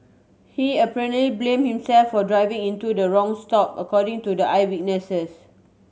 he apparently blame himself for driving into the wrong stop according to the eyewitnesses